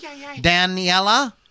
Daniela